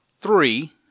three